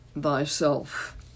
thyself